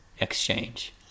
Exchange